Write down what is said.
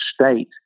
state